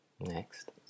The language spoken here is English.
Next